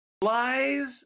lies